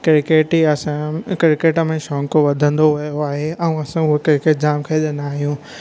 cricket ई असांजो cricket में शौंकु वधंदो वियो आहे ऐं असां हूअ क्रिकेट जाम खेॾंदा आहियूं